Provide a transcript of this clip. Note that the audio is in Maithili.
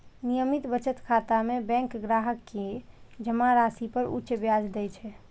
नियमित बचत खाता मे बैंक ग्राहक कें जमा राशि पर उच्च ब्याज दै छै